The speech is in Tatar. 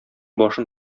башын